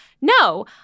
No